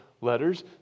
letters